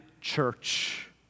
church